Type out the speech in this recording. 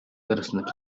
arasındaki